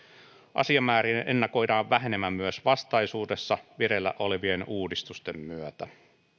asiamäärien ennakoidaan vähenevän myös vastaisuudessa vireillä olevien uudistusten myötä